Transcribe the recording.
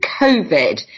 COVID